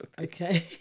Okay